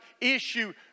issue